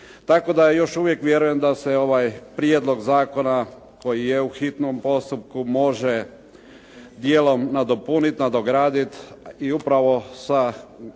Tako da ja još uvijek vjerujem da se ovaj prijedlog zakona koji je u hitnom postupku može dijelom nadopuniti, nadograditi i upravo sa